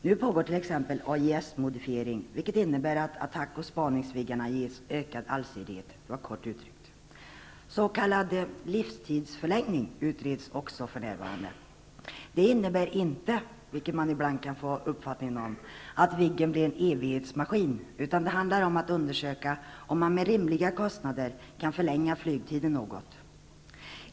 Nu pågår t.ex. AJS-modifiering, vilket innebär att attackoch spaningsviggarna ges ökad allsidighet, kort uttryckt. S.k. livstidsförlängning utreds för närvarande också. Det innebär inte -- vilket man ibland kan tro -- att Viggen blir en evighetsmaskin, utan det handlar om att undersöka om man med rimliga kostnader kan förlänga flygtiden något.